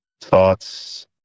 thoughts